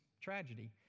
tragedy